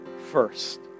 first